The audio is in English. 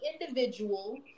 individual